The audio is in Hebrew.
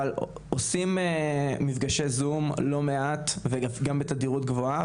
אבל עושים לא מעט מפגשי זום וגם בתדירות גבוהה,